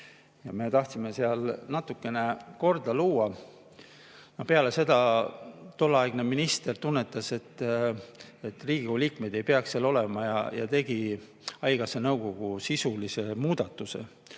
me tahtsime seal natukene korda luua. Peale seda tolleaegne minister tunnetas, et Riigikogu liikmed ei peaks seal olema, ja tegi haigekassa nõukogus sisulise muudatuse.